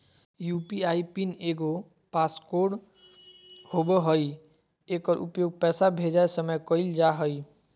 UPI pin एगो pass code होबो हइ एकर उपयोग पैसा भेजय समय कइल जा हइ